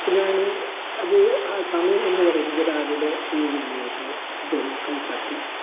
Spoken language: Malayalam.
അപ്പം ഞാൻ അത് ആ സമയം എന്ന് പറയുന്നത് രാവിലെ ഏഴ് മണിയായിരുന്നു അദ്ദേഹം കൈകാട്ടി